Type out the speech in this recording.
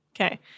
Okay